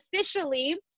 officially